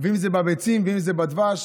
אם זה בביצים ואם זה בדבש.